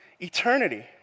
eternity